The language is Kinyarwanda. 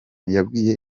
yabwiye